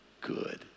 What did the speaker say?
good